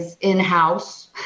in-house